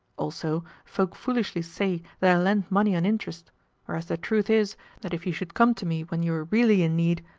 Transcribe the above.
also, folk foolishly say that i lend money on interest whereas the truth is that if you should come to me when you are really in need,